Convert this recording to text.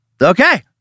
Okay